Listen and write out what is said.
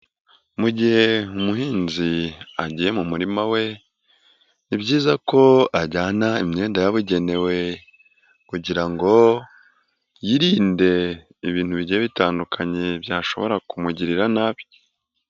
Mu gihe umuhinzi agiye mu murima we ni byiza ko ajyana imyenda yabugenewe kugira ngo yirinde ibintu bigiye bitandukanye byashobora kumugirira nabi.